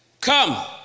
come